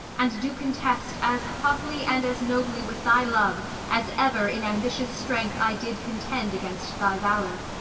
and do contest as hotly and as nobly with thy love as ever in ambitious strength i did contend against thy valour.